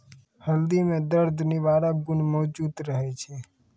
हल्दी म दर्द निवारक गुण मौजूद रहै छै